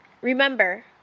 Remember